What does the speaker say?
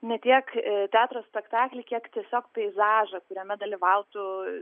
ne tiek teatro spektaklį kiek tiesiog peizažą kuriame dalyvautų